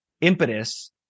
impetus